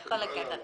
אין להם בעיות.